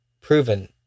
proven